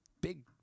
big